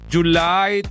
July